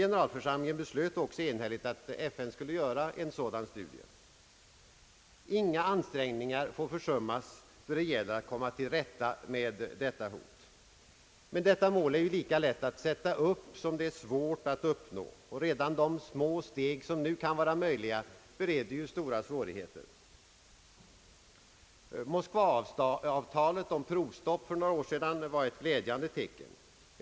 Generalförsamlingen beslöt också enhälligt att FN skulle göra ett sådant studium. Inga ansträngningar får försummas då det gäller att komma till rätta med detta hot. Men detta mål är det ju lika lätt att sätta upp som det är svårt att uppnå. Redan de små steg som nu kan vara möjliga, bereder stora svårigheter. Moskvaavtalet för några år sedan om provstopp var ett glädjande tecken.